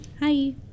Hi